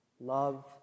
love